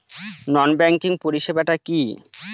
নন banking পরিষেবা টা কি?